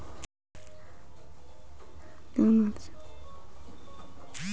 कर्जाची दोन वर्सा वाढवच्याखाती काय करुचा पडताला?